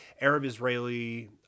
Arab-Israeli